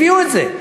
הביאו את זה,